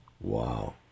Wow